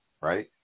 right